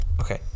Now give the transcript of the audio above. okay